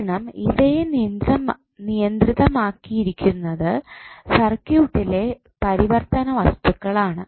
കാരണം ഇവയെ നിയന്ത്രിതമാക്കിയിരിക്കുന്നതു സർക്യൂട്ടിലേ പരിവർത്തന വസ്തുക്കളാണ്